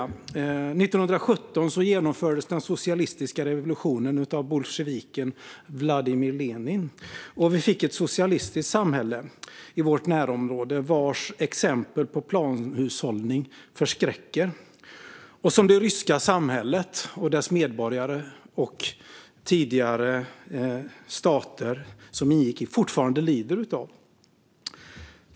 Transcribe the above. År 1917 genomfördes den socialistiska revolutionen av bolsjeviken Vladimir Lenin, och vi fick ett socialistiskt samhälle i vårt närområde vars exempel på planhushållning förskräcker och som det ryska samhället och dess medborgare och tidigare stater som ingick fortfarande lider av.